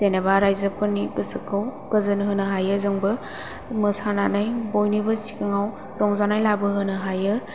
जेनोबा रायजोफोरनि गोसोखौ गोजोन होनो हायो जोंबो मोसानानै बयनिबो सिगाङाव रंजानाय लाबोहोनो हायो